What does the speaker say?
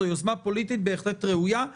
זו יוזמה פוליטית בהחלט ראויה.